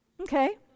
Okay